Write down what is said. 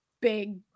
big